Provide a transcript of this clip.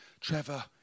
Trevor